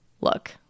look